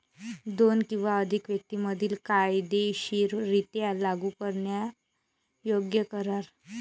दोन किंवा अधिक व्यक्तीं मधील कायदेशीररित्या लागू करण्यायोग्य करार